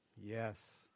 Yes